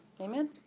Amen